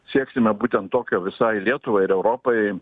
sieksime būtent tokio visai lietuvai ir europai